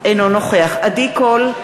אינו נוכח עדי קול,